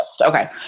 Okay